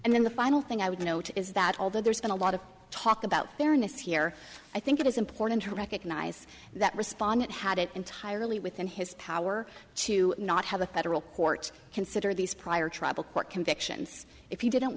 and then the final thing i would note is that although there's been a lot of talk about fairness here i think it is important to recognize that respondent had it entirely within his power to not have a federal court consider these prior tribal court convictions if he didn't